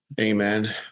Amen